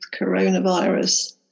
coronavirus